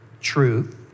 truth